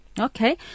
Okay